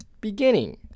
beginning